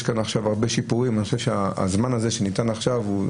כאן הרבה שיפורים אז אני חושב שהזמן הזה שניתן עכשיו,